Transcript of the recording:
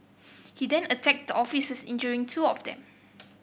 he then attacked the officers injuring two of them